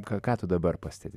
ką ką tu dabar pastebi